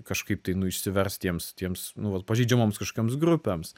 kažkaip tai nu išsiverst jiems tiems nu vat pažeidžiamoms kažkokioms grupėms